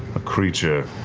a creature.